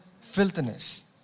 filthiness